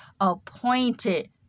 appointed